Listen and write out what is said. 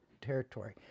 territory